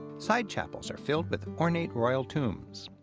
side chapels are filled with ornate royal tombs.